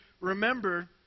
remember